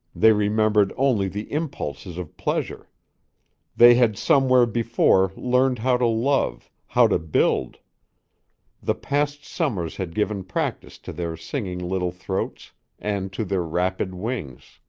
they remembered only the impulses of pleasure they had somewhere before learned how to love, how to build the past summers had given practice to their singing little throats and to their rapid wings.